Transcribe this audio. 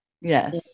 Yes